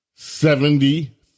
Seventy